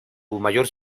mayor